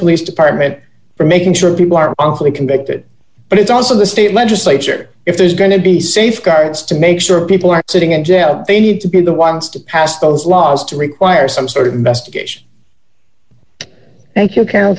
police department for making sure people are honestly convicted but it's also the state legislature if there's going to be safeguards to make sure people are sitting in jail they need to be the ones to pass those laws to require some sort of investigation thank you